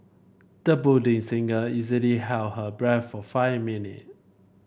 the budding singer easily held her breath for five minute